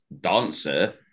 dancer